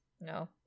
No